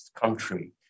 country